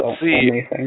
see